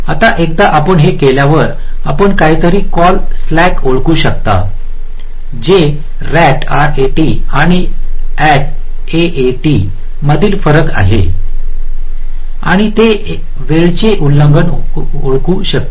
आता एकदा आपण हे केल्यावर आपण काहीतरी कॉल स्लॅक ओळखू शकता जे रॅट आणि एएटी मधील फरक आहे आणि ते वेळेचे उल्लंघन ओळखू शकते